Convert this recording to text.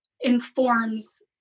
informs